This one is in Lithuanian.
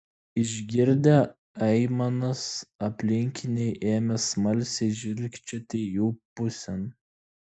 išgirdę aimanas aplinkiniai ėmė smalsiai žvilgčioti jų pusėn